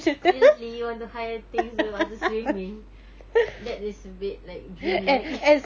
seriously you want to hi and things waktu swimming that is a bit like dream like